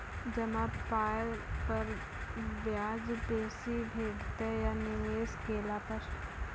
जमा पाय पर ब्याज बेसी भेटतै या निवेश केला पर?